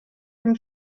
dem